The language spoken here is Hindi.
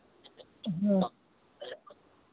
हाँ